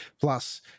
Plus